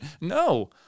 No